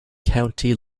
county